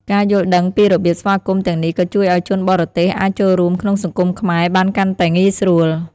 ការយល់ដឹងពីរបៀបស្វាគមន៍ទាំងនេះក៏ជួយឲ្យជនបរទេសអាចចូលរួមក្នុងសង្គមខ្មែរបានកាន់តែងាយស្រួល។